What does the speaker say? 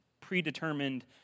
predetermined